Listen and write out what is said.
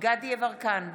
דסטה גדי יברקן,